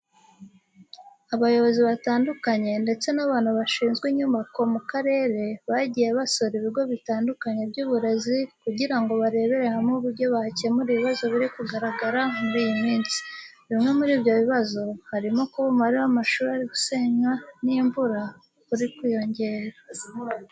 Abayobozi batandukanye ndetse n'abantu bashinzwe inyubako mu karere, bagiye basura ibigo bitandukanye by'uburezi, kugira ngo barebere hamwe uburyo bakemura ibibazo biri kugaragara muri iyi minsi. Bimwe muri ibyo bibazo harimo kuba umubare w'amashuri ari gusenywa n'imvura uri kwiyongera.